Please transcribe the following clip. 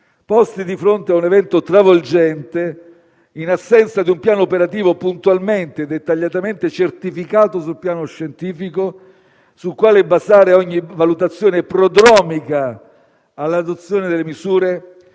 posti di fronte ad un evento travolgente, in assenza di un piano operativo puntualmente e dettagliatamente certificato sul piano scientifico, sul quale basare ogni valutazione prodromica all'adozione delle misure,